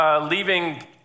leaving